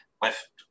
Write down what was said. Bref